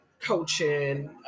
coaching